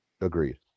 Agreed